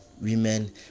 women